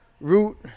Root